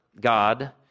God